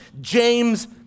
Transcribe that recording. James